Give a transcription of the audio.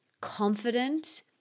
confident